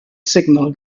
signal